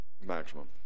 Maximum